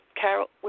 Carol